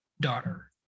daughter